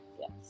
Yes